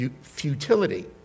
futility